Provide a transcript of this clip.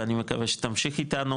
ואני מקווה שתמשיך איתנו